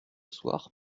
soir